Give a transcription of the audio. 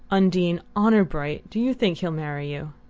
undine, honour bright do you think he'll marry you?